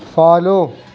follow